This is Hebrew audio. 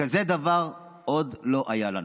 כזה דבר עוד לא היה לנו: